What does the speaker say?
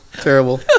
Terrible